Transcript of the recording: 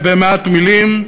במעט מילים.